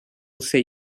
усе